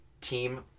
Team